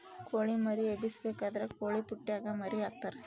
ಕೊಳಿ ಮರಿ ಎಬ್ಬಿಸಬೇಕಾದ್ರ ಕೊಳಿಪುಟ್ಟೆಗ ಮರಿಗೆ ಹಾಕ್ತರಾ